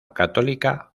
católica